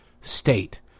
state